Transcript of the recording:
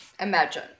Imagine